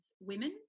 women